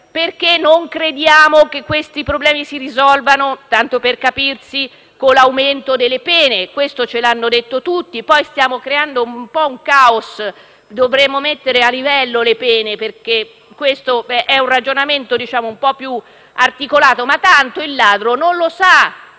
perché non crediamo che questi problemi si risolvano, tanto per capirsi, con l'aumento delle pene, questo ce lo hanno detto tutti. In materia stiamo creando un certo caos e dovremmo mettere a livello le pene. Questo è un ragionamento un po' più articolato, ma tanto il ladro non lo sa